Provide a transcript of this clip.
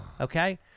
Okay